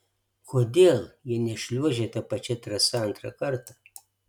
kodėl jie nešliuožė ta pačia trasa antrą kartą